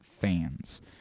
fans